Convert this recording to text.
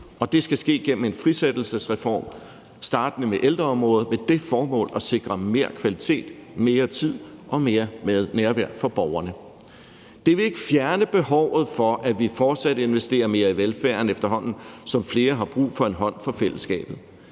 det skal ske gennem en frisættelsesreform startende med ældreområdet med det formål at sikre mere kvalitet, mere tid og mere nærvær for borgerne. Kl. 09:13 Det vil ikke fjerne behovet for, at vi fortsat investerer mere i velfærden, efterhånden som flere har brug for en hånd fra fællesskabet.